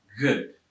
good